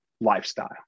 lifestyle